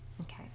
okay